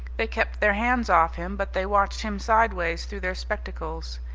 they kept their hands off him, but they watched him sideways through their spectacles.